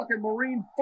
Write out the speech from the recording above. Marine